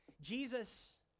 Jesus